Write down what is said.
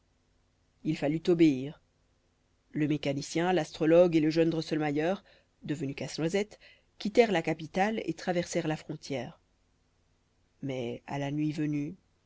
il fallut obéir le mécanicien l'astrologue et le jeune drosselmayer devenu casse-noisette quittèrent la capitale et traversèrent la frontière mais à la nuit venue